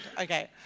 Okay